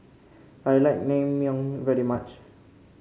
I like Naengmyeon very much